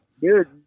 Dude